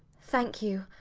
thank you.